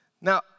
Now